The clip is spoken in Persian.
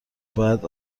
باید